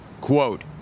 quote